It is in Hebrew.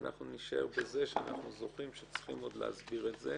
אנחנו נשאר בזה שאנחנו זוכרים שצריך להסביר את זה.